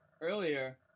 earlier